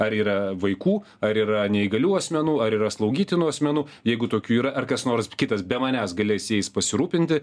ar yra vaikų ar yra neįgalių asmenų ar yra slaugytinų asmenų jeigu tokių yra ar kas nors kitas be manęs galės jais pasirūpinti